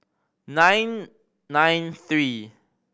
nine nine three